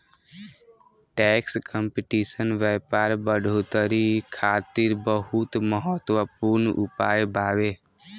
tax competition व्यापार बढ़ोतरी खातिर बहुत महत्वपूर्ण उपाय बावे